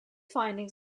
findings